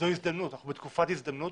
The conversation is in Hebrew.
אנחנו בתקופת הזדמנות.